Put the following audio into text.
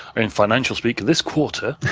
and financially speaking, this quarter,